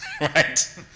Right